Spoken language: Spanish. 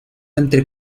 entre